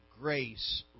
grace